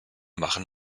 machen